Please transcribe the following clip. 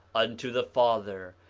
unto the father,